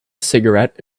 cigarette